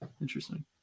interesting